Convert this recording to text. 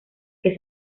que